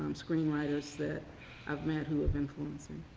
um screenwriters that i've met who have influenced me.